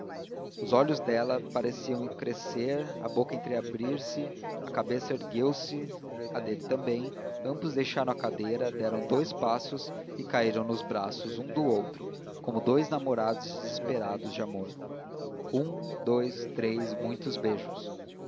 os olhos dela pareciam crescer a boca entreabriu se a cabeça ergueu-se a dele também ambos deixaram a cadeira deram dous passos e caíram nos braços um do outro como dous namorados desesperados de amor um dous três muitos beijos